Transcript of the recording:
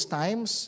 times